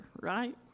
right